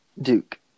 Duke